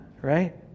right